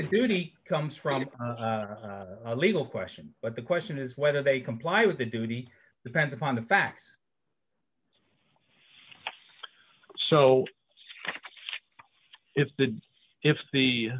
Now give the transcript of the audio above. duty comes from a legal question but the question is whether they comply with the duty depends upon the facts so if the if the